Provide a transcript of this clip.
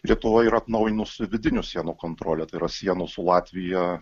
lietuva yra atnaujinus vidinių sienų kontrolę tai yra sienos su latvija